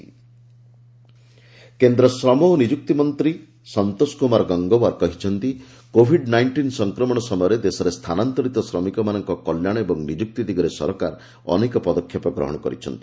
labour welfare and employment କେନ୍ଦ୍ର ଶ୍ରମ ଓ ନିଯୁକ୍ତି ମନ୍ତ୍ରୀ ସନ୍ତୋଷ କୁମାର ଗଙ୍ଗୱାର୍ କହିଛନ୍ତି କୋଭିଡ ନାଇଷ୍ଟିନ୍ ସଂକ୍ରମଣ ସମୟରେ ଦେଶର ସ୍ଥାନାନ୍ତରିତ ଶ୍ରମିକମାନଙ୍କ କଲ୍ୟାଣ ଓ ନିଯୁକ୍ତି ଦିଗରେ ସରକାର ଅନେକ ପଦକ୍ଷେପ ଗ୍ରହଣ କରିଛନ୍ତି